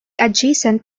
adjacent